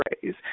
phrase